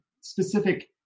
specific